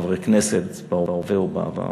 חברי כנסת בהווה ובעבר,